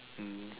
mm